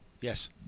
Yes